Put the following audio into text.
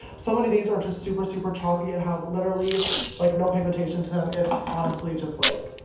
so many of these are just super super chalky and have literally like no pigmentation to them. it's honestly just like.